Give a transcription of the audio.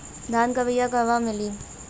धान के बिया कहवा मिलेला?